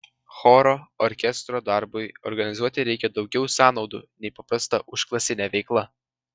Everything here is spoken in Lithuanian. choro orkestro darbui organizuoti reikia daugiau sąnaudų nei paprasta užklasinė veikla